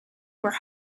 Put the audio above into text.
were